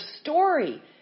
story